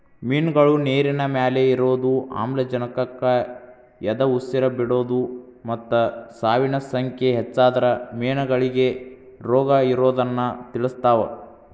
ಮಿನ್ಗಳು ನೇರಿನಮ್ಯಾಲೆ ಇರೋದು, ಆಮ್ಲಜನಕಕ್ಕ ಎದಉಸಿರ್ ಬಿಡೋದು ಮತ್ತ ಸಾವಿನ ಸಂಖ್ಯೆ ಹೆಚ್ಚಾದ್ರ ಮೇನಗಳಿಗೆ ರೋಗಇರೋದನ್ನ ತಿಳಸ್ತಾವ